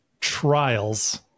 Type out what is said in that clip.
Trials